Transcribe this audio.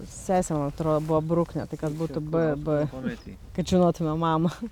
sesė man atrodo buvo bruknė tai kad būtų b b kad žinotume mamą